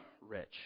rich